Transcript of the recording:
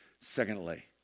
Secondly